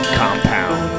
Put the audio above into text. compound